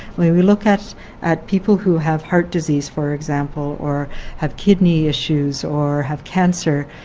when we look at at people who have heart disease, for example, or have kidney issues or have cancer,